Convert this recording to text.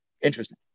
Interesting